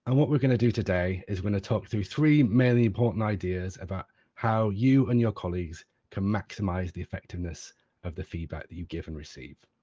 and what we are going to do today is talk through three mainly important ideas about how you and your colleagues can maximise the effectiveness of the feedback that you give and receive.